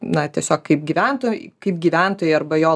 na tiesiog kaip gyventojai kaip gyventojai arba jo